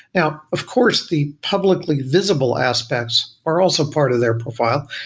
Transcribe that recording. now of course, the publicly visible aspects are also part of their profile.